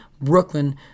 Brooklyn